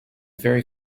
very